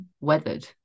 weathered